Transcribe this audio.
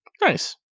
Nice